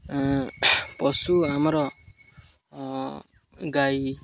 ପଶୁ ଆମର ଗାଈ